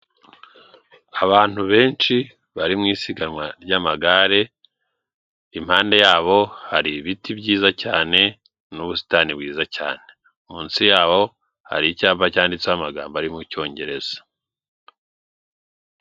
Abantu benshi bari mu isiganwa ry'amagare, impande yabo hari ibiti byiza cyane n'ubusitani bwiza cyane, munsi yaho hari icyapa cyanditseho amagambo ari mu cyongereza.